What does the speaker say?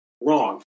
wrong